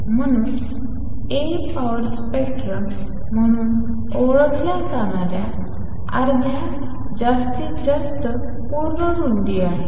म्हणून A power spectrum म्हणून ओळखल्या जाणाऱ्या अर्ध्या जास्तीत जास्त पूर्ण रुंदी आहे